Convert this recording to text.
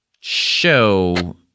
show